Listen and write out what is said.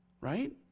right